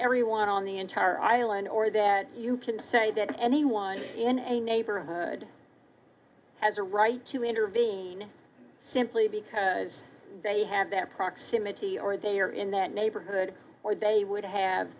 everyone on the entire island or that you can say that anyone in a neighborhood has a right to intervene simply because they have that proximity or they are in that neighborhood or they would have